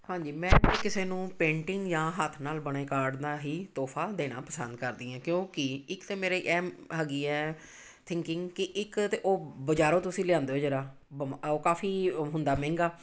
ਹਾਂਜੀ ਮੈਂ ਕਿਸੇ ਨੂੰ ਪੇਂਟਿੰਗ ਜਾਂ ਹੱਥ ਨਾਲ ਬਣੇ ਕਾਰਡ ਦਾ ਹੀ ਤੋਹਫਾ ਦੇਣਾ ਪਸੰਦ ਕਰਦੀ ਹਾਂ ਕਿਉਂਕਿ ਇੱਕ ਤਾਂ ਮੇਰੇ ਐਂ ਹੈਗੀ ਹੈ ਥਿੰਕਿੰਗ ਕਿ ਇੱਕ ਤਾਂ ਉਹ ਬਜ਼ਾਰੋਂ ਤੁਸੀਂ ਲਿਆਉਂਦੇ ਹੋ ਜ਼ਰਾ ਬਮ ਉਹ ਕਾਫੀ ਹੁੰਦਾ ਮਹਿੰਗਾ